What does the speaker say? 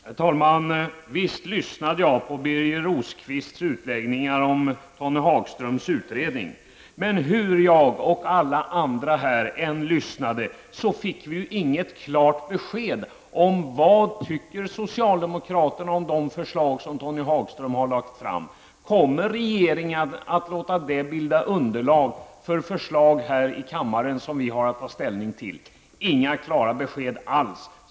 Herr talman! Visst lyssnade jag på Birger Rosqvists utläggningar om Tony Hagströms utredning. Men hur jag och alla andra här än lyssnade, fick vi inget klart besked om vad socialdemokraterna tycker om de förslag som Tony Hagström har lagt fram. Kommer regeringen att låta dem bilda underlag för förslag här i kammaren som vi får ta ställning till? Vi fick inga klara besked alls.